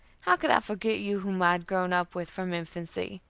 how could i forget you whom i had grown up with from infancy.